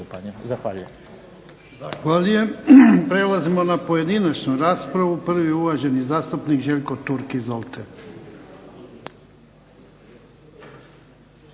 Zahvaljujem.